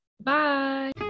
Bye